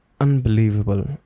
unbelievable